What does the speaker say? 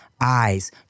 eyes